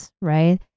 right